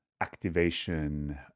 activation